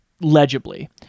legibly